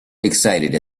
excited